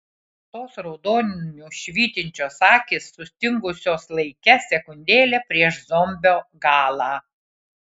tos raudoniu švytinčios akys sustingusios laike sekundėlę prieš zombio galą